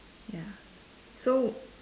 ya so